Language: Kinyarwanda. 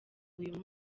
uyu